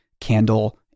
candle